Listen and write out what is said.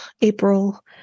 April